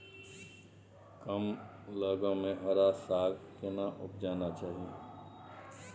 कम लग में हरा साग केना उपजाना चाही?